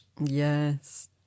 yes